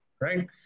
right